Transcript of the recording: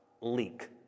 leak